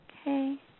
Okay